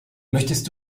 möchtest